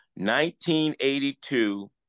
1982